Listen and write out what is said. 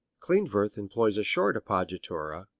klindworth employs a short appoggiatura,